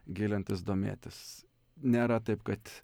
gilintis domėtis nėra taip kad